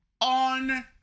on